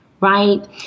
Right